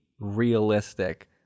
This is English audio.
realistic